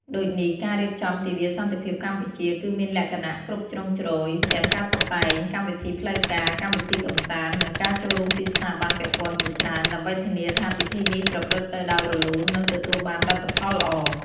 ដូចនេះ ការរៀបចំទិវាសន្តិភាពកម្ពុជា គឺមានលក្ខណៈគ្រប់ជ្រុងជ្រោយ ទាំងការតុបតែង កម្មវិធីផ្លូវការ កម្មវិធីកម្សាន្ត និងការចូលរួមពីស្ថាប័នពាក់ព័ន្ធជាច្រើន ដើម្បីធានាថាពិធីនេះប្រព្រឹត្តទៅដោយរលូន និងទទួលបានលទ្ធផលល្អ។